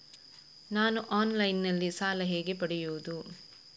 ನಾನು ಆನ್ಲೈನ್ನಲ್ಲಿ ಸಾಲ ಹೇಗೆ ಪಡೆಯುವುದು?